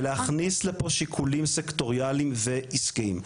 ולהכניס לפה שיקולים סקטוריאליים ועסקיים,